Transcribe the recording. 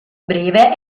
breve